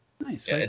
Nice